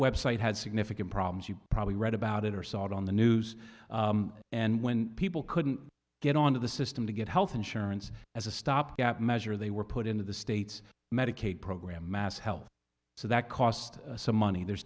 website had significant problems you probably read about it or saw it on the news and when people couldn't get on to the system to get health insurance as a stopgap measure they were put into the state's medicaid program mass health so that cost some money there's